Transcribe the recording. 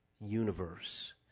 universe